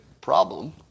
problem